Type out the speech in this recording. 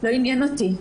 לא עניין אותי.